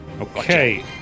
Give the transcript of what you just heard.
Okay